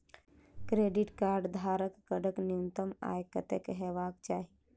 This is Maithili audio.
क्रेडिट कार्ड धारक कऽ न्यूनतम आय कत्तेक हेबाक चाहि?